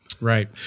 right